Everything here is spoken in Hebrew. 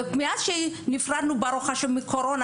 ומאז שנפרדנו מהקורונה,